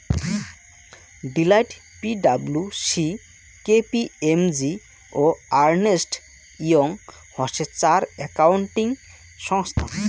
Deloitte, P W C, K P M G ও Ernst Young হসে চার একাউন্টিং সংস্থা